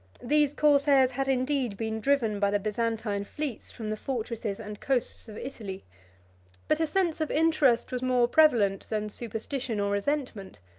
these corsairs had indeed been driven by the byzantine fleets from the fortresses and coasts of italy but a sense of interest was more prevalent than superstition or resentment,